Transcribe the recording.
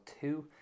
two